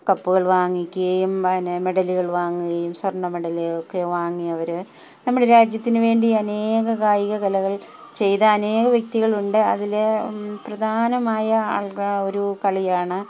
കപ്പുകൾ വാങ്ങിക്കുകയും തന്നെ മെഡലുകൾ വാങ്ങുകയും സ്വർണ്ണ മെഡല ഒക്കെ വാങ്ങിയവർ നമ്മുടെ രാജ്യത്തിന് വേണ്ടി അനേകം കായിക കലകൾ ചെയ്ത അനേകം വ്യക്തികളുണ്ട് അതിൽ പ്രധാനമായ ആൾ ഒരു കളിയാണ്